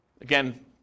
Again